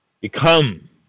become